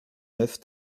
neuf